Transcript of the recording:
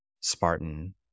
Spartan